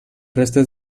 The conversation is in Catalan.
restes